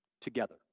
together